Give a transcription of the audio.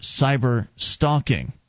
cyberstalking